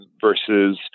versus